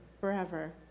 forever